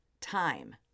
Time